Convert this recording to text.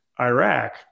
Iraq